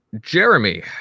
jeremy